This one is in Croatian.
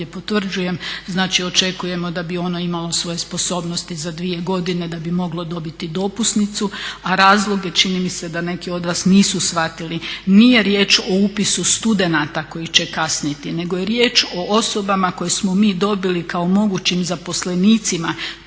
potvrđujem. Znači očekujemo da bi ono imali svoje sposobnosti za dvije godine da bi moglo dobiti dopusnicu, a razlog je čini mi se da neki od vas nisu shvatili nije riječ o upisu studenata koji će kasniti nego je riječ o osobama koje smo mi dobili kao mogućim zaposlenicima